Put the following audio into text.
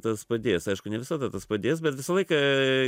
tas padės aišku ne visada tas padės bet visą laiką